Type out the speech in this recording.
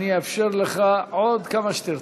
אני אאפשר לך עוד כמה שתרצה,